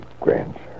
grandson